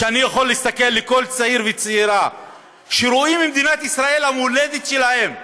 ואני אוכל להסתכל לכל צעיר וצעירה שרואים במדינת ישראל את המולדת שלהם,